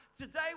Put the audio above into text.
Today